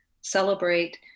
celebrate